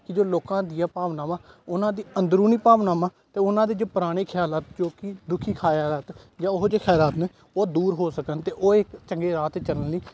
ਕਿ ਜੋ ਲੋਕਾਂ ਦੀਆਂ ਭਾਵਨਾਵਾਂ ਉਹਨਾਂ ਦੀ ਅੰਦਰੂਨੀ ਭਾਵਨਾਵਾਂ ਅਤੇ ਉਹਨਾਂ ਦੇ ਜੋ ਪੁਰਾਣੇ ਖਿਆਲਾਤ ਜੋ ਕਿ ਦੁਖੀ ਖਿਆਲਾਤ ਜਾਂ ਉਹੋ ਜਿਹੇ ਖਿਆਲਾਤ ਨੇ ਉਹ ਦੂਰ ਹੋ ਸਕਣ ਅਤੇ ਉਹ ਇਕ ਚੰਗੇ ਰਾਹ 'ਤੇ ਚੱਲਣ ਲਈ